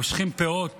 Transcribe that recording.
מושכים בפאות